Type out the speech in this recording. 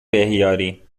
بهیاری